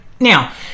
Now